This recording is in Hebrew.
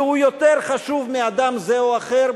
והוא יותר חשוב מאדם זה או אחר,